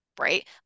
right